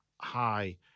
high